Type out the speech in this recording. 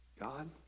God